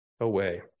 away